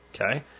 Okay